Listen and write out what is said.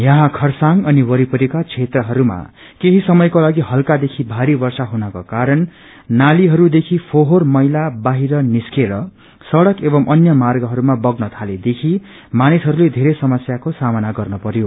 यहाँ खरसाङ अनि वरिपरिका क्षेत्रहरूमा केही समयको लागि हल्कादेखि भारि वर्षा हुनको कारण नालीहरू देखि फोहोर मैला बाहिर निस्केर सङ्क एवं अन्य मार्गहरूमा बग्न थालेदेखि मानिसहरूले धेरै समस्याको सामना गर्न परयो